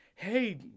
hey